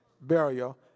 burial